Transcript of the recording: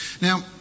Now